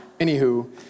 Anywho